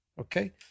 okay